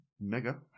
Mega